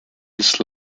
his